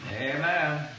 Amen